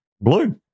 blue